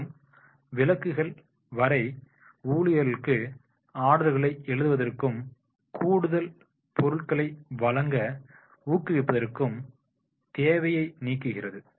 மேலும் விளக்குகள் வரை ஊழியர்களுக்கு ஆர்டர்களை எழுதுவதற்கும் கூடுதல் பொருட்களை வழங்க ஊக்குவிப்பதற்கும் தேவையை நீக்குகிறது